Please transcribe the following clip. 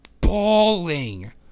bawling